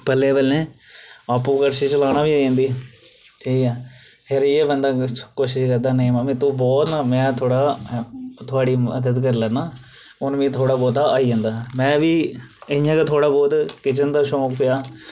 बल्लें बल्लें आपूं कड़शी चलाना होई जंदा ठीक ऐ फिर इ'यै बंदा कोशिश करदा नेईं मम्मी तूं बौह् में थोह्ड़ा थुआढ़ी मदद करी लैन्नां हुन मिगी थोह्ड़ा बहुत आई जंदा ऐ में बी इ'यां गै थोह्ड़ा बहुत किचन दा शौक पेआ